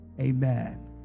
Amen